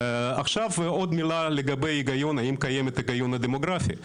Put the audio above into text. עוד מילה האם קיימת הגיון הדמוגרפיה.